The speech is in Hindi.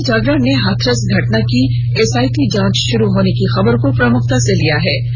दैनिक जागरण ने हथरस घटना की एसआईटी जांच शरू होने की खबर को प्रमुखता से प्रकाशित किया है